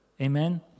Amen